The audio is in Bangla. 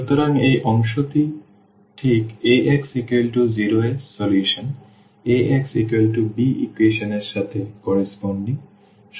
সুতরাং এই অংশটি ঠিক Ax0 এর সমাধান Ax b ইকুয়েশন এর সাথে সামঞ্জস্যপূর্ণ